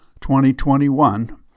2021